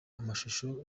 amashusho